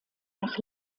nach